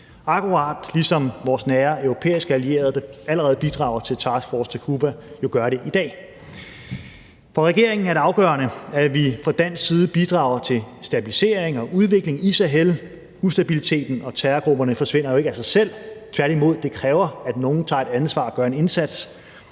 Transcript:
akkurat ligesom vores nære europæiske allierede, der allerede bidrager til Task Force Takuba i dag. For regeringen er det afgørende, at vi fra dansk side bidrager til stabilisering og udvikling i Sahel. Ustabiliteten og terrorgrupperne forsvinder jo ikke af sig selv – tværtimod. Det kræver, at nogle tager et ansvar og gør en indsats.